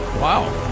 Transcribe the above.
Wow